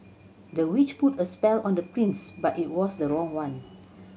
the witch put a spell on the prince but it was the wrong one